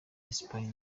espagne